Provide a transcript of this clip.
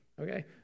okay